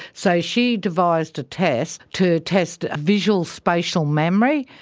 so she devised a test to test a visual spatial memory,